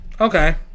Okay